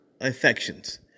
infections